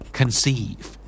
conceive